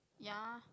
ya